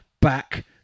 back